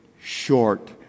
short